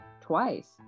Twice